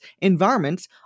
environments